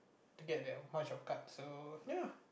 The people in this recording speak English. to get that much of cards so ya